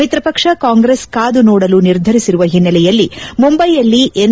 ಮಿತ್ರ ಪಕ್ಷ ಕಾಂಗ್ರೆಸ್ ಕಾದು ನೋಡಲು ನಿರ್ಧರಿಸಿರುವ ಹಿನ್ನೆಲೆಯಲ್ಲಿ ಮುಂಬೈನಲ್ಲಿ ಎನ್